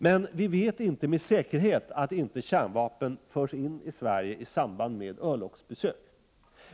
Men vi vet inte med säkerhet att kärnvapen inte förs in i Sverige i samband med örlogsbesök.